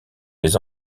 les